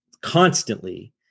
constantly